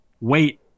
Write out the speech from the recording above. wait